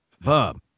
Bob